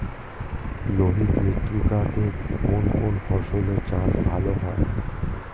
লোহিত মৃত্তিকা তে কোন কোন ফসলের চাষ ভালো হয়?